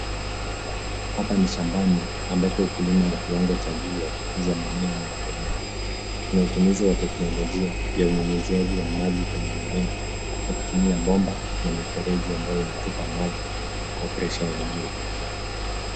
Hapa ni shambani ambapo ukulima wa kiwango cha juu wa kukuza mimea unaendelea. Kuna utumizi wa teknolojia ya unyunyuziaji wa maji kwenye mimea kwa kutumia bomba na mifereji ambayo inatupa maji kwa presha ya juu.